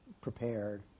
prepared